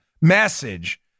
message